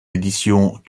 éditions